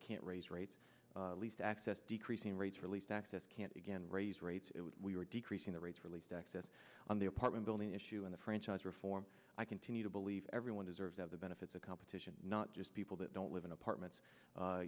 it can't raise rates at least access decreasing rates released access can't again raise rates we are decreasing the rates for least excess on the apartment building issue in the franchise reform i continue to believe everyone deserves of the benefits of competition not just people that don't live in apartments